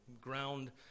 ground